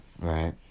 Right